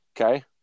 okay